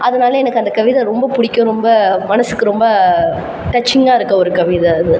அதனால் எனக்கு அந்த கவிதை ரொம்ப பிடிக்கும் ரொம்ப மனசுக்கு ரொம்ப டச்சிங்காக இருக்கற ஒரு கவிதை அது